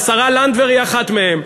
השרה לנדבר היא אחת מהם,